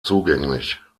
zugänglich